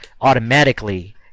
automatically